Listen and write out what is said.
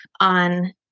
on